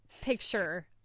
picture